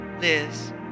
Liz